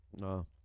No